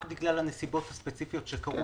רק בגלל הנסיבות הספציפיות שקרו.